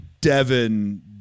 Devin